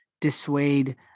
dissuade